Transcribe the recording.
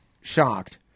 shocked